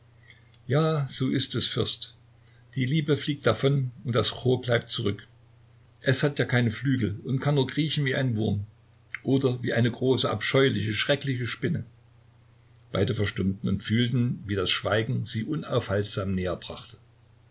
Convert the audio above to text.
ja so ist es fürst die liebe fliegt davon und das cho bleibt zurück es hat ja keine flügel und kann nur kriechen wie ein wurm oder wie eine große abscheuliche schreckliche spinne beide verstummten und fühlten wie das schweigen sie unaufhaltsam